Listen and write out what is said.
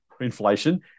inflation